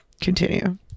continue